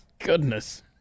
Goodness